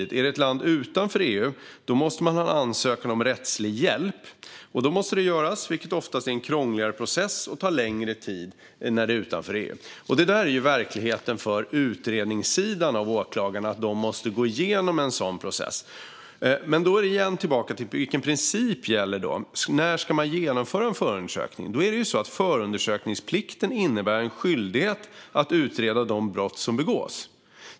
Handlar det om ett land utanför EU måste man ansöka om rättslig hjälp, vilket oftast är en krångligare process och tar längre tid. Detta är verkligheten för utredningssidan hos åklagarna. De måste gå igenom en sådan process. Men då är vi återigen tillbaka vid vilken princip som gäller. När ska man genomföra en förundersökning? Förundersökningsplikten innebär en skyldighet att utreda de brott som begås.